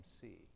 see